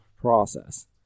process